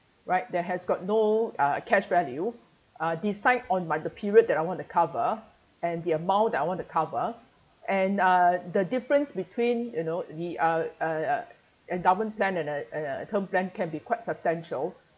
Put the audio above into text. right there has got no uh cash value uh decide on my the period that I want to cover and the amount that I want to cover and uh the difference between you know the uh uh endowment plan and uh uh term plan can be quite substantial